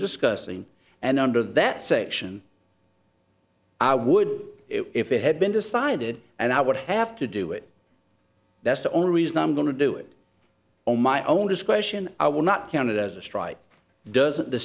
discussing and under that say action i would if it had been decided and i would have to do it that's the only reason i'm going to do it on my own discretion i will not count it as a strike doesn't the